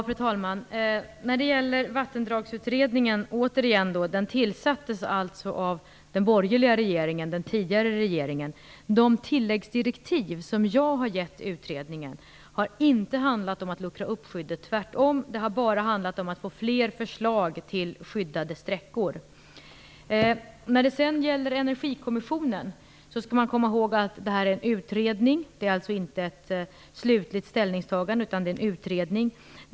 Fru talman! När det gäller Vattendragsutredningen får jag återigen påpeka att den tillsattes av den borgerliga regeringen, den tidigare regeringen. De tilläggsdirektiv som jag har gett utredningen har inte handlat om att luckra upp skyddet. Tvärtom, det har bara handlat om att få fler förslag till skyddade sträckor. När det sedan gäller hänvisningen till energikommissionen vill jag säga att man skall komma ihåg att det handlar om en utredning. Det är alltså inte ett slutligt ställningstagande, utan det är en utredning.